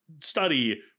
study